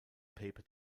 paper